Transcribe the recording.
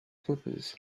flippers